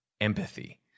empathy